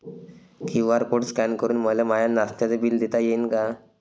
QR code scan करून मले माय नास्त्याच बिल देता येईन का?